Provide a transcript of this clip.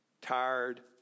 tired